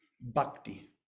bhakti